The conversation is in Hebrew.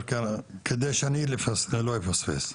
שאלה מאוד פשוטה, כדי שלא אפספס: